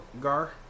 Gar